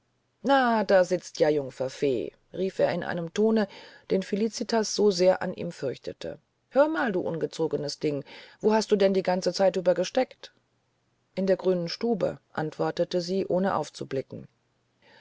ah da sitzt ja jungfer fee rief er in einem tone den felicitas so sehr an ihm fürchtete hör mal du ungezogenes ding wo hast du denn die ganze zeit über gesteckt in der grünen stube antwortete sie ohne aufzublicken